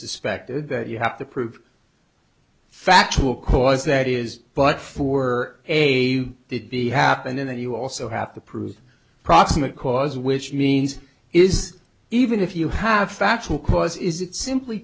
suspected that you have to prove factual cause that is but for a it be happening that you also have to prove proximate cause which means is even if you have factual cause is it simply